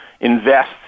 invest